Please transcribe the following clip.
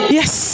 yes